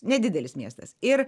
nedidelis miestas ir